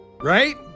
right